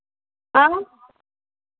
हाँ